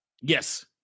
Yes